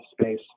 space